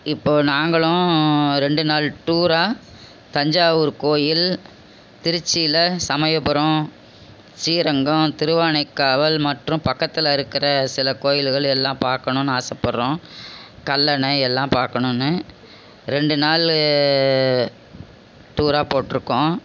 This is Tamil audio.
இப்போ நாங்களும் ரெண்டு நாள் டூராக தஞ்சாவூர் கோயில் திருச்சியில் சமயபுரம் ஸ்ரீரங்கம் திருவானைக்காவல் மற்றும் பக்கத்தில் இருக்கிற சில கோயில்கள் எல்லாம் பார்க்கணுன்னு ஆசைப்பட்றோம் கல்லணை எல்லாம் பார்க்கணுன்னு ரெண்டு நாள் டூராக போட்டுருக்கோம்